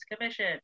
Commission